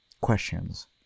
questions